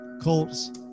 Colts